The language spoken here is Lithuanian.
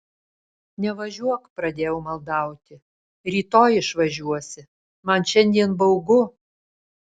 nevažiuok pradėjau maldauti rytoj išvažiuosi man šiandien baugu